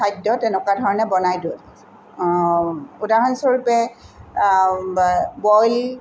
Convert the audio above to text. খাদ্য তেনেকুৱা ধৰণে বনাই দিওঁ উদাহৰণস্বৰূপে বইল